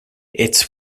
its